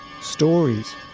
stories